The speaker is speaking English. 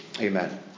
Amen